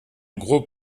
gros